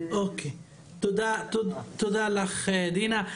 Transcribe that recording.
תודה לך, דינה.